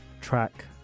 track